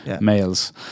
males